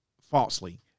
falsely